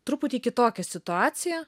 truputį kitokia situacija